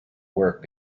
work